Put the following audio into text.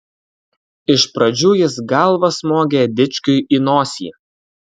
iš pradžių jis galva smogė dičkiui į nosį